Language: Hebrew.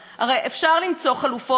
גם אם לא לבנות אותם בתשעה חודשים.